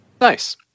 Nice